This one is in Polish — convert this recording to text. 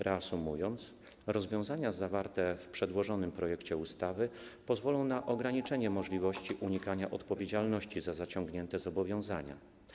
Reasumując, rozwiązania zawarte w przedłożonym projekcie ustawy pozwolą na ograniczenie możliwości unikania odpowiedzialności za zaciągnięte zobowiązania.